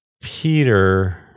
Peter